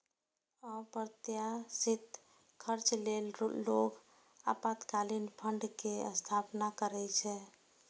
अप्रत्याशित खर्च लेल लोग आपातकालीन फंड के स्थापना करै छै